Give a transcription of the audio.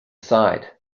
side